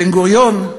בן-גוריון,